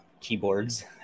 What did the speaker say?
keyboards